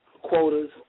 quotas